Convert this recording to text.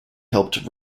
helped